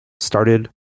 started